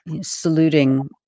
saluting